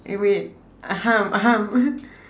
eh wait